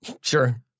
Sure